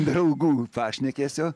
draugų pašnekesio